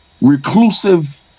reclusive